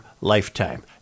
lifetime